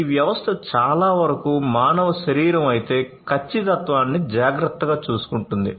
ఈ వ్యవస్థ చాలావరకు మానవ శరీరం అయితేఖచ్చితత్వాన్ని జాగ్రత్తగా చూసుకుంటుంది